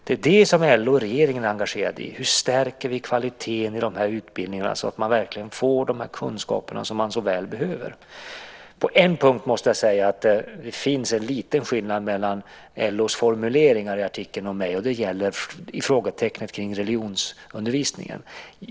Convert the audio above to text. Det är detta som LO och regeringen är engagerade i: Hur ska kvaliteten i utbildningarna stärkas så att man verkligen får de kunskaper man så väl behöver? På en punkt finns det en liten skillnad mellan LO:s formuleringar i artikeln och mig, nämligen frågetecknet kring religionsundervisningen.